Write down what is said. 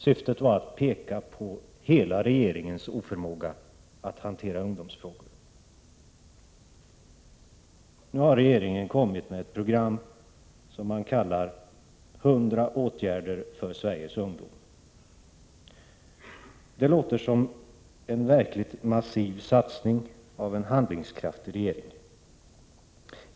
Syftet var att peka på hela regeringens oförmåga att hantera ungdomsfrågorna. Nu har regeringen lagt fram ett program som man kallar ”100 åtgärder för Sveriges ungdom”. Det låter som en verkligt massiv satsning av en handlingskraftig regering.